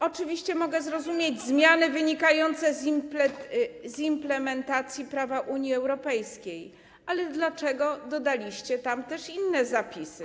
Oczywiście mogę zrozumieć zmiany wynikające z implementacji prawa Unii Europejskiej, ale dlaczego dodaliście tam też inne zapisy?